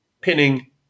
pinning